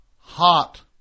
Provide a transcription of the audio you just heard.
Hot